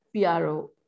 PRO